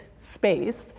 space